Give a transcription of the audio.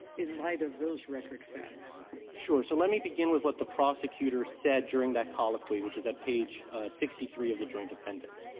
in light of those record facts? williams sure. so let me begin with what the prosecutor said during that colloquy, which is at page sixty three of the joint appendix.